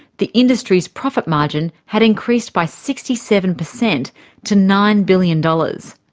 the industry's profit margin had increased by sixty seven percent to nine billion dollars.